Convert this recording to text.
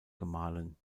gemahlen